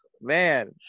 Man